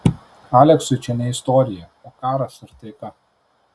aleksui čia ne istorija o karas ir taika